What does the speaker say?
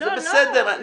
זה בסדר.